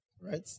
Right